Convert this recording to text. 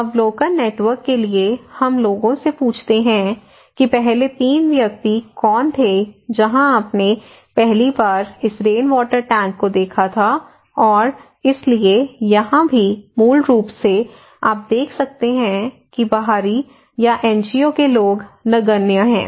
अवलोकन नेटवर्क के लिए हम लोगों से पूछते हैं कि पहले तीन व्यक्ति कौन थे जहां आपने पहली बार इस रेन वाटर टैंक को देखा था और इसलिए यहां भी मूल रूप से आप देख सकते हैं कि बाहरी या एनजीओ के लोग नगण्य हैं